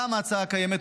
גם ההצעה הקיימת,